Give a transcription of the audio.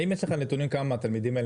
האם יש לכם נתונים כמה מהתלמידים האלה